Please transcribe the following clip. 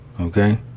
Okay